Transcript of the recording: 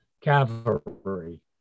cavalry